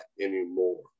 anymore